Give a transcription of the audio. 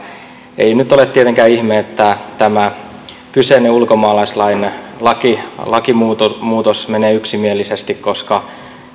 ei nyt ole tietenkään ihme että tämä kyseinen ulkomaalaislain lakimuutos menee yksimielisesti koska